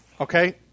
Okay